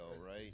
right